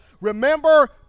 Remember